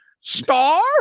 Star